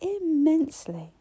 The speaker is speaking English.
Immensely